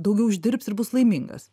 daugiau uždirbs ir bus laimingas